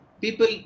people